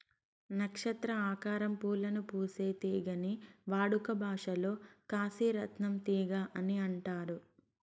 నక్షత్ర ఆకారం పూలను పూసే తీగని వాడుక భాషలో కాశీ రత్నం తీగ అని అంటారు